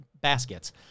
baskets